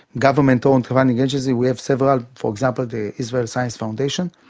government owned funding agency, we have several, for example the israel science foundation,